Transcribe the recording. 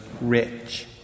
rich